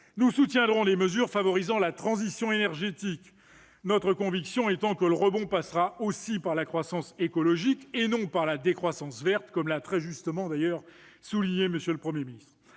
Nous soutiendrons également des mesures favorisant la transition énergétique, notre conviction étant que le rebond passera aussi par la croissance écologique et non par la décroissance verte, comme l'a très justement souligné M. le Premier ministre.